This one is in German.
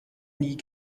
nie